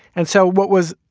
and so what was,